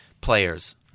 players